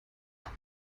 war